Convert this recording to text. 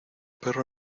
perro